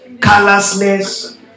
callousness